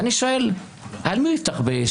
ואני שואל: על מי הוא יפתח באש?